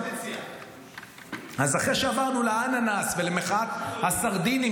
אז אחרי שעברנו לאננס ולמחאת הסרדינים